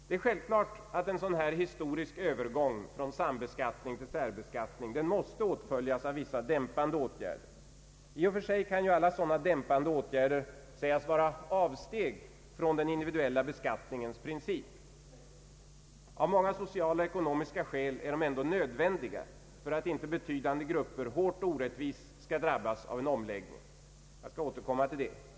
Det är självklart att en sådan här historisk övergång från sambeskattning till särbeskattning måste åtföljas av vissa dämpande åtgärder. I och för sig kan ju alla sådana dämpande åtgärder sägas vara avsteg från den individuella beskattningens princip. Av många olika sociala och ekonomiska skäl är de ändå nödvändiga för att inte betydande grupper hårt och orättvist skall drabbas av en omläggning. Jag skall återkomma till det.